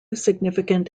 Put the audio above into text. significant